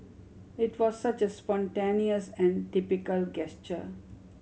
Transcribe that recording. it was such a spontaneous and typical gesture